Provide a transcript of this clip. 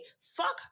Fuck